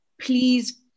Please